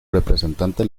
representante